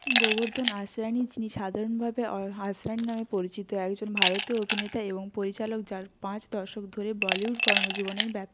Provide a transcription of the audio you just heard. গোবর্ধন আসরানি যিনি সাধারণভাবে আসরানি নামে পরিচিত একজন ভারতীয় অভিনেতা এবং পরিচালক যার পাঁচ দশক ধরে বলিউড কর্মজীবনের ব্যাপ